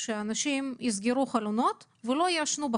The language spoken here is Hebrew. שאנשים יסגרו חלונות ולא יעשנו בחוץ.